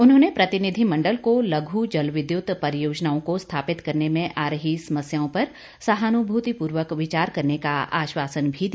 उन्होंने प्रतिनिधिमंडल को लघु जलविद्युत परियोजनाओं को स्थापित करने में आ रही समस्याओं पर सहानुभूतिपूर्वक विचार करने का आश्वासन भी दिया